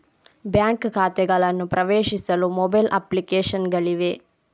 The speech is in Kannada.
ಬ್ಯಾಂಕ್ ಖಾತೆಗಳನ್ನು ಪ್ರವೇಶಿಸಲು ಮೊಬೈಲ್ ಅಪ್ಲಿಕೇಶನ್ ಗಳಿವೆ